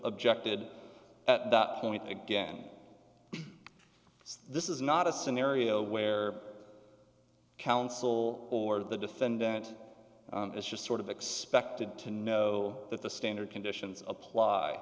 objected at that point again this is not a scenario where counsel or the defendant is just sort of expected to know that the standard conditions apply